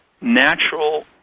natural